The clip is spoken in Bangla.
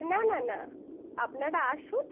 না না না আপনারা আসুন